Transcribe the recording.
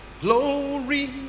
glory